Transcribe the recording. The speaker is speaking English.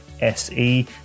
SE